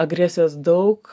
agresijos daug